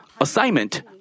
assignment